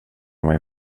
mig